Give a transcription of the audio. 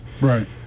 Right